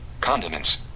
Condiments